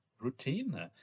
routine